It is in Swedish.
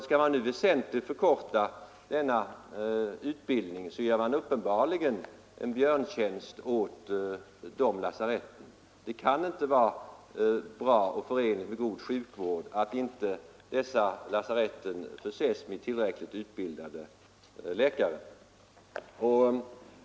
Skall man nu väsentligt förkorta denna utbildning, gör man uppenbarligen en björntjänst åt de lasaretten. Det kan inte vara förenligt med god sjukvård att dessa lasarett inte förses med tillräckligt utbildade läkare.